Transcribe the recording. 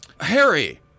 Harry